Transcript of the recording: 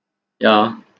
yeah